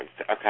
Okay